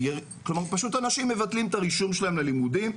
פשוט אנשים מבטלים את הרישום שלהם ללימודים.